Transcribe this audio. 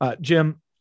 Jim